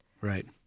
Right